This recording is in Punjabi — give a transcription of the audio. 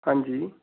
ਹਾਂਜੀ